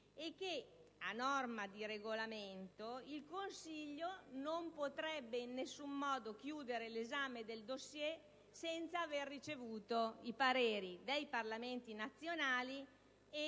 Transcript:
e che, a norma di regolamento, il Consiglio non potrebbe in nessun modo chiudere l'esame del dossier senza aver ricevuto i suddetti pareri e